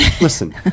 Listen